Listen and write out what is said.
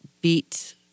beat